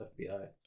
FBI